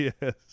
Yes